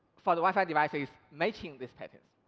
for the wi-fi devices, making these patterns.